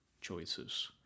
choices